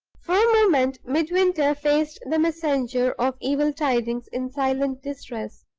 for a moment, midwinter faced the messenger of evil tidings in silent distress.